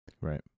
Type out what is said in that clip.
Right